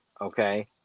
okay